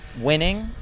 winning